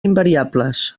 invariables